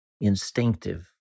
instinctive